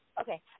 okay